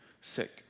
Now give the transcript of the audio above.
sick